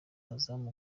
azam